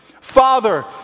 father